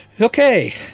Okay